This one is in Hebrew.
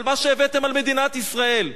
על מה שהבאתם על מדינת ישראל?